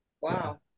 Wow